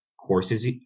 courses